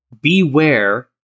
beware